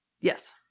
yes